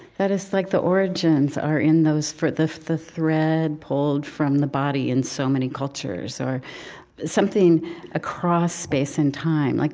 that is like the origins are in those the the thread pulled from the body in so many cultures or something across space and time. like